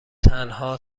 تنها